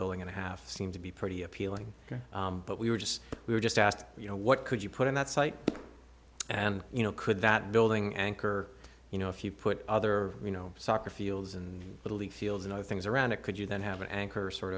building and a half seem to be pretty appealing but we were just we were just asked you know what could you put in that site and you know could that building anchor you know if you put other you know soccer fields and little the fields and i things around it could you then have an anchor sort